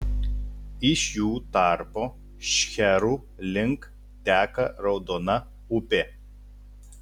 iš jų tarpo šcherų link teka raudona upė